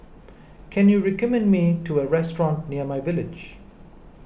can you recommend me to a restaurant near myVillage